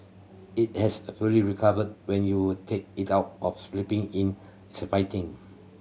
it has a fully recovered when you take it out of flapping in it's a fighting